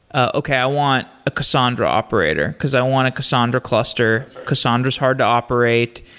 ah okay i want a cassandra operator, because i want a cassandra cluster. cassandra's hard to operate.